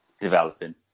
developing